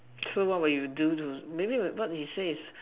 so what would you do to maybe what they say is